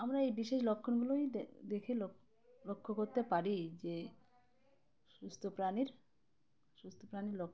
আমরা এই বিশেষ লক্ষণগুলোই দেখে ল লক্ষ্য করতে পারি যে সুস্থ প্রাণীর সুস্থ প্রাণীর লক্ষণ